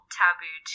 taboo